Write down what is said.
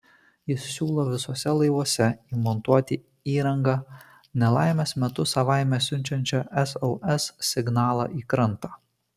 jis siūlo visuose laivuose įmontuoti įrangą nelaimės metu savaime siunčiančią sos signalą į krantą